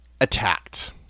attacked